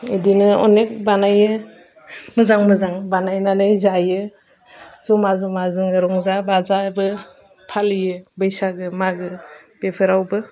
बिदिनो अनेक बानायो मोजां मोजां बानायनानै जायो ज'मा ज'मा जों रंजा बाजाबो फालियो बैसागो मागो बेफोरावबो